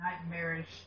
nightmarish